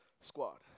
Squad